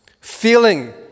feeling